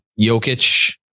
Jokic